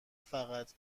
فقط